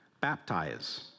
baptize